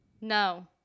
No